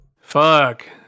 Fuck